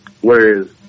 Whereas